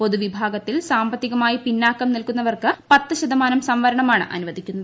പൊതുവിഭാഗത്തിൽ സാമ്പത്തികമായി പിന്നാക്കം നിൽക്കുന്നവർക്ക് പത്ത് ശതമാനം സംവരണമാണ് അനുവദിക്കുന്നത്